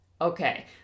okay